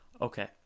Okay